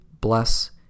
bless